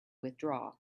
withdraw